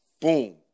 boom